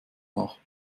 nach